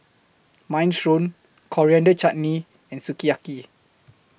Minestrone Coriander Chutney and Sukiyaki